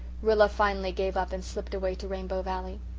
rilla finally gave up and slipped away to rainbow valley.